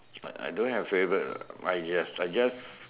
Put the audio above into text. I don't have favourite ah I just I just